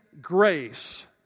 grace